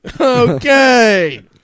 Okay